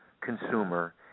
consumer